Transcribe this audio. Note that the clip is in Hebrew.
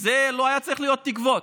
זה לא היה צריך להיות תקוות,